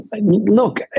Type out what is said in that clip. Look